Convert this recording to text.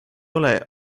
ole